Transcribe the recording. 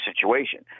situation